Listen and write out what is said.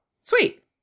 sweet